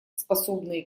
способные